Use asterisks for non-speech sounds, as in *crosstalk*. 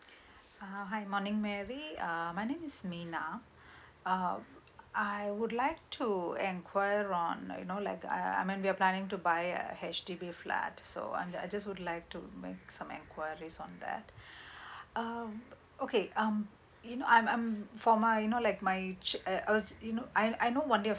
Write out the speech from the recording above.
uh hi morning mary uh my name is mina um I would like to enquire on you you know like uh I mean we're planning to buy a H_D_B flat so I I just would like to make some enquiries on that *breath* um okay um you know I'm I'm for my you know like my cha~ uh I was you know I I know